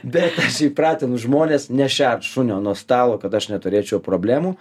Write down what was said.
bet aš įpratinu žmones nešert šunio nuo stalo kad aš neturėčiau problemų